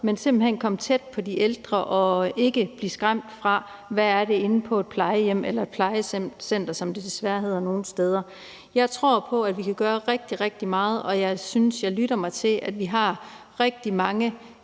simpelt hen at komme tæt på de ældre og ikke blive skræmt af, hvad det er inde på et plejehjem eller et plejecenter, som det desværre hedder nogle steder. Jeg tror på, at vi kan gøre rigtig, rigtig meget, og jeg synes også, jeg lytter mig til, at vi har rigtig mange